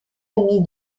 amie